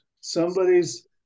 somebody's